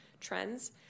trends